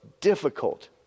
difficult